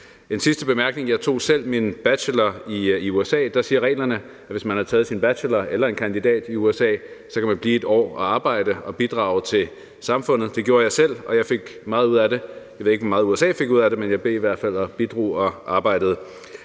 En sidste bemærkning: Jeg tog selv min bachelor i USA. Der siger reglerne, at hvis man har taget sin bachelor eller en kandidat i USA, kan man blive der et år og arbejde og bidrage til samfundet. Det gjorde jeg selv, og jeg fik meget ud af det. Jeg ved ikke, hvor meget USA fik ud af det, men jeg blev i hvert fald og bidrog og arbejdede,